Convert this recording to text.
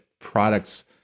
products